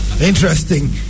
Interesting